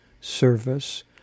service